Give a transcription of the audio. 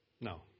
No